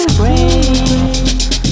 break